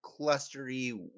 clustery